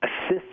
assist